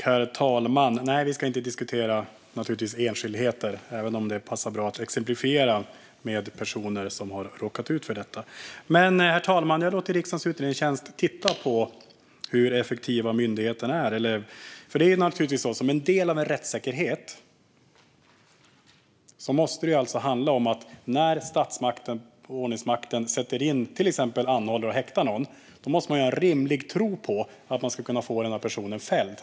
Herr talman! Vi ska naturligtvis inte diskutera enskildheter, även om det passar bra att exemplifiera med personer som har råkat ut för detta. Herr talman! Jag har låtit riksdagens utredningstjänst titta på hur effektiv myndigheten är. Som en del av en rättssäkerhet måste det handla om att när statsmakten, ordningsmakten, till exempel anhåller och häktar någon måste man ha en rimlig tro på att man ska kunna få den personen fälld.